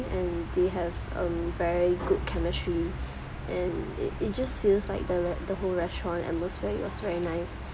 and they have um very good chemistry and it it just feels like the re~ the whole restaurant atmosphere it was very nice